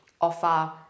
offer